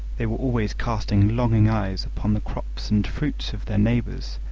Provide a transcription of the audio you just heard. they were always casting longing eyes upon the crops and fruits of their neighbours,